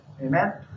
Amen